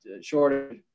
shorter